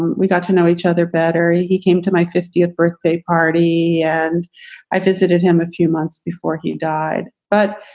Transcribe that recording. we got to know each other better. he he came to my fiftieth birthday party and i visited him a few months before he died. but,